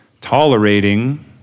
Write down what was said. tolerating